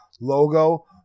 logo